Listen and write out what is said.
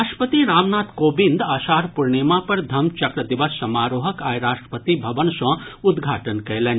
राष्ट्रपति रामनाथ कोविंद आषाढ़ पूर्णिमा पर धम्म चक्र दिवस समारोहक आइ राष्ट्रपति भवन सँ उद्घाटन कयलनि